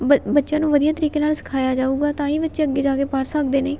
ਬ ਬੱਚਿਆਂ ਨੂੰ ਵਧੀਆ ਤਰੀਕੇ ਨਾਲ ਸਿਖਾਇਆ ਜਾਵੇਗਾ ਤਾਂ ਹੀ ਬੱਚੇ ਅੱਗੇ ਜਾ ਕੇ ਪੜ੍ਹ ਸਕਦੇ ਨੇ